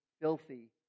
filthy